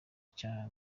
cya